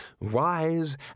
wise